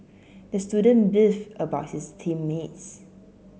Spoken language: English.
the student beefed about his team mates